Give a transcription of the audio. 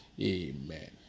Amen